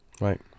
Right